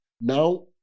now